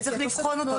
נושא שצריך לבחון אותו.